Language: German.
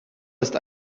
hast